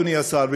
אדוני השר,